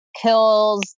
kills